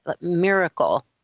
miracle